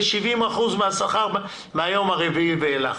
ו-70% מהשכר מהיום הרביעי ואילך.